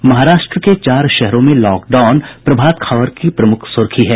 महाराष्ट्र के चार शहरों में लॉकडाउन प्रभात खबर की प्रमुख सुर्खी है